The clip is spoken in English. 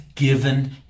given